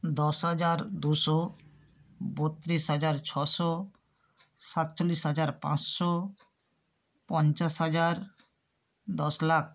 দশ হাজার দুশো বত্রিশ হাজার ছশো সাতচল্লিশ হাজার পাঁচশো পঞ্চাশ হাজার দশ লাক